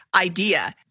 idea